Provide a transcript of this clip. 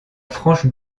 franche